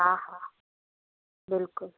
हा हा बिल्कुलु